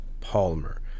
Palmer